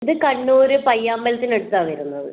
ഇത് കണ്ണൂർ പയ്യാമ്പലത്തിന് അടുത്താ വരുന്നത്